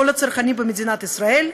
כל הצרכנים במדינת ישראל.